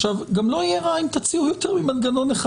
עכשיו, גם לא יהיה רע אם תציעו יותר ממנגנון אחד.